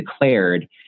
declared